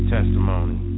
Testimony